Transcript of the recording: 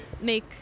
make